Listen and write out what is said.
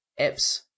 apps